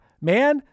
man